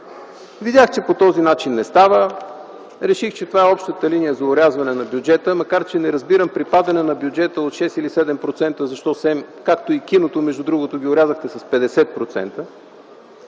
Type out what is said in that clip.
Видях, че по този начин не става. Реших, че това е в общата линия за орязване на бюджета, макар че не разбирам при падане на бюджета с 6 или 7%, между другото, киното орязахте с 50%,